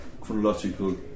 chronological